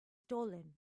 stolen